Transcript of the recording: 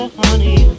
honey